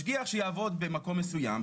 משגיח שיעבוד במקום מסוים,